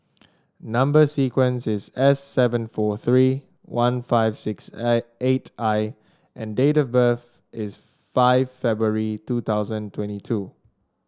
number sequence is S seven four three one five six eight I and date of birth is five February two thousand twenty two